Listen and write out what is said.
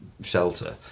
shelter